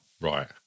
Right